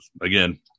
again